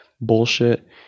bullshit